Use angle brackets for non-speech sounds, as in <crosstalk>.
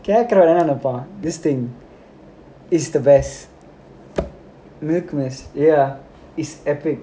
<laughs> this thing is the best ya is epic